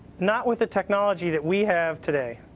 not with the technology that we have today.